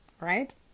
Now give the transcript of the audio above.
right